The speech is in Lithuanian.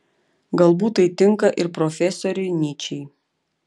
galbūt tai tinka ir profesoriui nyčei